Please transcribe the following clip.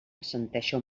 assenteixo